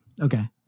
Okay